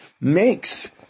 makes